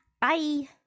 Bye